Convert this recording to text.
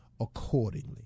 accordingly